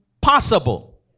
possible